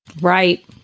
Right